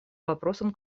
вопросам